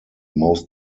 most